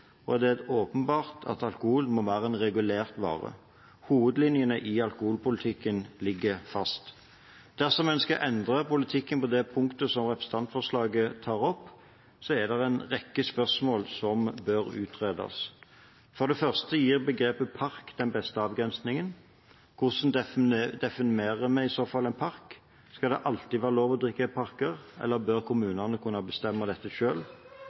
det nå bli et systematisk, stedlig tilsyn med salget. I alkoholpolitikken må vi balansere hensynet til å verne tredjeparten mot hensynet til personers frihet. Alkohol medfører store alkoholskader for både individ og samfunn, og det er åpenbart at alkohol må være en regulert vare. Hovedlinjene i alkoholpolitikken ligger fast. Dersom en skal endre politikken på det punktet som representantforslaget tar opp, er det en rekke spørsmål som bør utredes. For det første: Gir begrepet «park» den beste avgrensningen? Hvordan definerer vi i